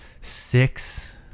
six